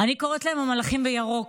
אני קוראת להם "המלאכים בירוק".